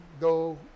go